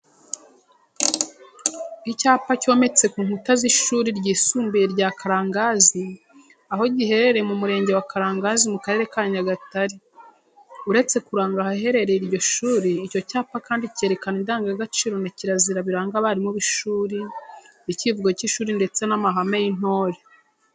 Icyapa cyometse ku nkuta z'ishuri ryisumbuye rya Karangazi, aho giherereye mu murenge wa Karangazi mu karere ka Nyagatare. Uretse kuranga ahaherereye iryo shuri, icyo cyapa kandi cyerekana indangagaciro na kirazira biranga abarimu b'ishuri, icyivugo cy'ishuri ndetse n'amahame y'intore.